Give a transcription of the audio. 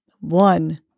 one